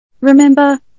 Remember